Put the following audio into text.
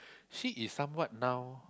she is somewhat now